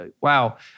Wow